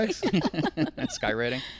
skywriting